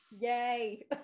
Yay